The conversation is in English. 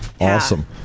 Awesome